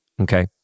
okay